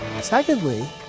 Secondly